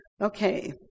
Okay